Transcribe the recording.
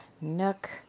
nook